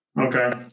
Okay